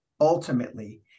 ultimately